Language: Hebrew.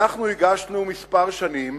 אנחנו הגשנו כמה שנים,